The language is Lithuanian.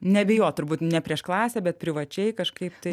nebijot turbūt ne prieš klasę bet privačiai kažkaip tai